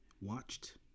watched